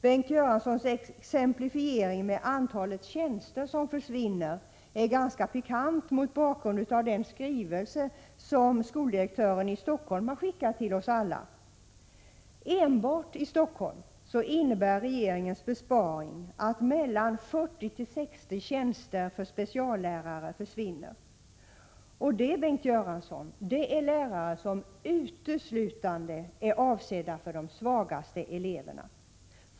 Bengt Göranssons exemplifiering av antalet tjänster som försvinner är ganska pikant mot bakgrund av den skrivelse som skoldirektören i Stockholm har skickat till oss alla. Regeringens besparing innebär att mellan 40 och 60 tjänster för speciallärare försvinner enbart i Stockholm. Och det, Bengt Göransson, är lärare som är avsedda uteslutande för de svagaste eleverna.